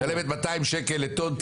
היא משלמת 200 שקלים לטון.